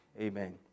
Amen